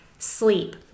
Sleep